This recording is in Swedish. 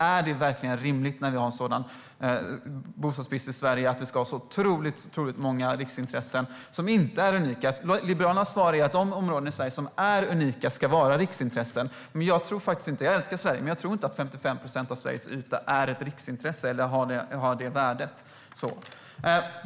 Är det verkligen rimligt, när vi har en sådan bostadsbrist i Sverige, att vi ska ha så otroligt många riksintressen som inte är unika? Liberalernas svar är att de områden i Sverige som är unika ska vara riksintressen. Jag älskar Sverige, men jag tror inte att 55 procent av Sveriges yta är ett riksintresse eller har det värdet.